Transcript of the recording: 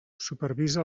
supervisa